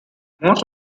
most